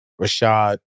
Rashad